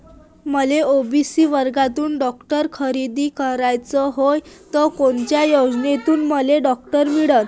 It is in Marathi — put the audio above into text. मले ओ.बी.सी वर्गातून टॅक्टर खरेदी कराचा हाये त कोनच्या योजनेतून मले टॅक्टर मिळन?